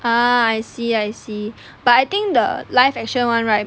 ah I see I see but I think the live action [one] right